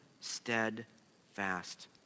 steadfast